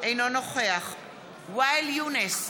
אינו נוכח ואאל יונס,